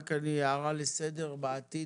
רק אני הערה לסדר בעתיד,